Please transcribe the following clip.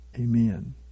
Amen